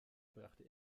brachte